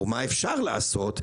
או מה אפשר לעשות,